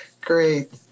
great